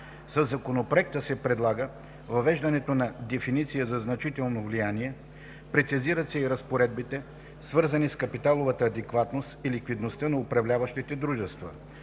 Със Законопроекта се предлага въвеждането на дефиниция на „значително влияние“. Прецизират се и разпоредбите, свързани с капиталовата адекватност и ликвидността на управляващите дружества,